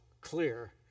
clear